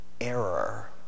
error